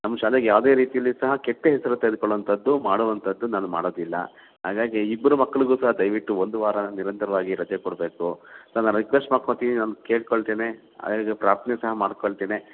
ನಮ್ಮ ಶಾಲೆಗೆ ಯಾವುದೇ ರೀತಿಯಲ್ಲಿ ಸಹ ಕೆಟ್ಟ ಹೆಸರು ತೆಗೆದುಕೊಳ್ಳುವಂಥದ್ದು ಮಾಡುವಂಥದ್ದು ನಾನು ಮಾಡೋದಿಲ್ಲ ಹಾಗಾಗಿ ಇಬ್ಬರು ಮಕ್ಳಿಗೂ ಸಹ ಒಂದು ವಾರ ನಿರಂತರವಾಗಿ ರಜೆ ಕೊಡಬೇಕು ಸರ್ ನಾನು ರಿಕ್ವೆಸ್ಟ್ ಮಾಡ್ಕೊತಿದ್ದೀನಿ ನಾನು ಕೇಳ್ಕೊಳ್ತೇನೆ ಹಾಗೆ ಪ್ರಾರ್ಥನೆ ಸಹ ಮಾಡ್ಕೊಳ್ತೇನೆ